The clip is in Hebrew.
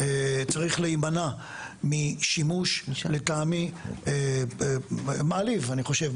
צריך להימנע משימוש לטעמי מעליב אני חושב,